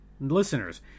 listeners